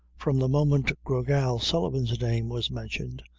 from the moment gra gal sullivan's name was mentioned,